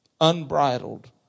unbridled